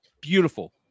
beautiful